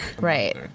Right